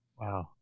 Wow